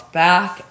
back